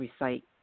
recite